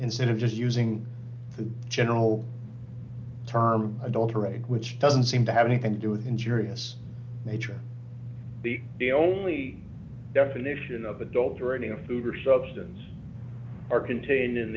instead of just using the general term adultery which doesn't seem to have anything to do with injurious nature be the only definition of adulterating of food or substance are contained in